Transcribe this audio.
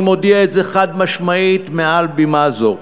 אני מודיע את זה חד-משמעית מעל בימה זו,